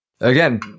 Again